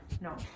No